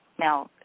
Now